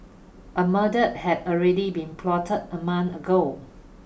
a murder had already been plotted a month ago